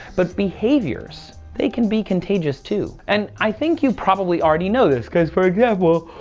but behaviors they can be contagious to and i think you probably already know this because for example,